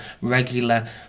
regular